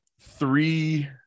Three